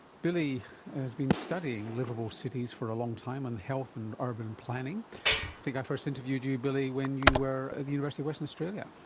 billie has been studying liveable cities for a long time and health and urban planning. i think i first interviewed you, billie, when you were at the university of western australia.